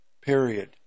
Period